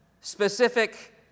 specific